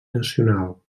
nacional